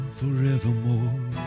forevermore